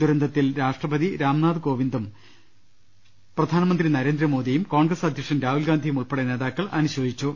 ദുരന്തത്തിൽ രാഷ്ട്രപതി രാംനാഥ് കോവിന്ദും പ്രധാനമന്ത്രി നരേന്ദ്രമോദിയും കോൺഗ്രസ് അധ്യക്ഷൻ രാഹുൽഗാന്ധിയും ഉൾപ്പെടെ നേതാ ക്കൾ അനുശോചിച്ചു